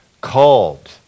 called